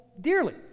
dearly